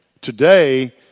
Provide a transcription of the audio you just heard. today